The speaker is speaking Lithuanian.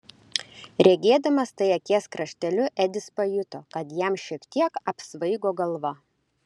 regėdamas tai akies krašteliu edis pajuto kad jam šiek tiek apsvaigo galva